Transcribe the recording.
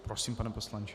Prosím, pane poslanče.